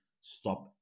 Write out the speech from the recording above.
stop